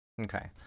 Okay